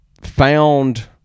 found